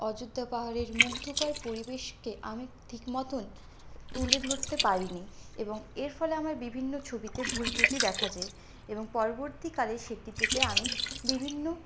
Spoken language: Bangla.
অযোধ্যা পাহাড়ের মুগ্ধকর পরিবেশ কে আমি ঠিক মত তুলে ধরতে পারিনি এবং এর ফলে আমার বিভিন্ন ছবিতে ভুল ত্রুটি দেখা যায় পরবর্তীকালে সেটি থেকে আমি বিভিন্ন